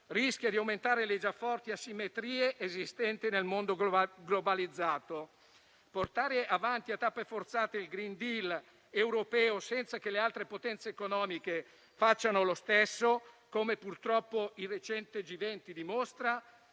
rischia di aumentare le già forti asimmetrie esistenti nel mondo globalizzato. Portare avanti a tappe forzate il *green deal* europeo senza che le altre potenze economiche facciano lo stesso, come purtroppo il recente G20 dimostra,